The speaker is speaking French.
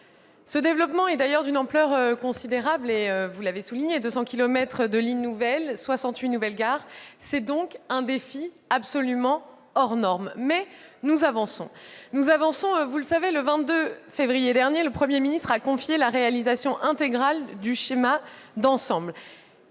Ce développement est d'ailleurs d'une ampleur considérable, vous l'avez souligné. Avec 200 kilomètres de lignes nouvelles, 68 nouvelles gares, c'est un défi absolument hors norme, mais nous avançons. Vous le savez, le 22 février dernier, le Premier ministre a confié la réalisation intégrale du schéma d'ensemble